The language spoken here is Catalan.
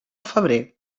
febrer